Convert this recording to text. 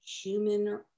human